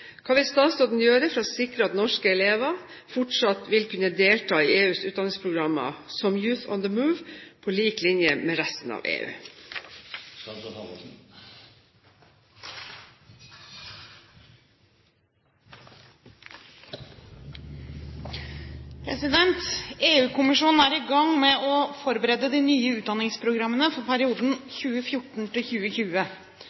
Hva vil statsråden gjøre for å sikre at norske elever fortsatt vil kunne delta i EUs utdanningsprogrammer, som Youth on the Move, på lik linje med resten av EU?» EU-kommisjonen er i gang med å forberede de nye utdanningsprogrammene for